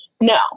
No